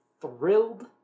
thrilled